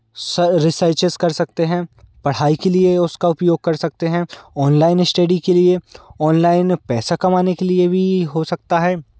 स रिसर्चेज कर सकते हैं पढ़ाई के लिए उसका उपयोग कर सकते हैं ऑनलाइन स्टडी के लिए ऑनलाइन पैसा कमाने के लिए भी हो सकता है